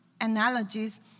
analogies